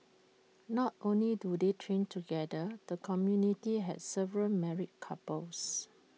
not only do they train together the community has several married couples